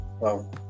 Wow